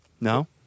No